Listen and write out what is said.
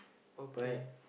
okay